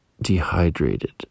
dehydrated